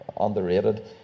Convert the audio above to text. Underrated